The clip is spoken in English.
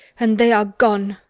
and they are gone.